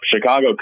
Chicago